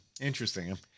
Interesting